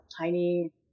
tiny